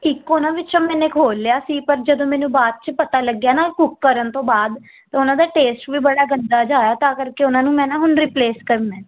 ਇੱਕ ਉਹਨਾਂ ਵਿੱਚੋਂ ਮੈਨੇ ਖੋਲ੍ਹ ਲਿਆ ਸੀ ਪਰ ਜਦੋਂ ਮੈਨੂੰ ਬਾਅਦ 'ਚ ਪਤਾ ਲੱਗਿਆ ਨਾ ਕੁਕ ਕਰਨ ਤੋਂ ਬਾਅਦ ਤਾਂ ਉਹਨਾਂ ਦਾ ਟੇਸਟ ਵੀ ਬੜਾ ਗੰਦਾ ਜਿਹਾ ਆਇਆ ਤਾਂ ਕਰਕੇ ਉਹਨਾਂ ਨੂੰ ਮੈਂ ਨਾ ਹੁਣ ਰਿਪਲੇਸ ਕਰਨਾ ਹੈ